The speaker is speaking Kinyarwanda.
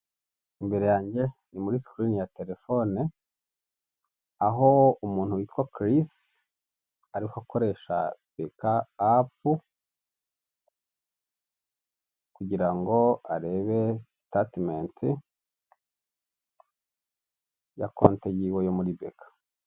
Imbere yange ni muri sikirini ya terefone aho umuntu witwa kirisi ari gukoresha beka apu kugira ngo arebe sitatimenti ya konte yiwe yo muri beka.